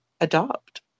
adopt